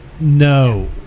No